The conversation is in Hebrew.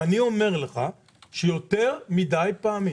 ואני אומר לך שיותר מדי פעמים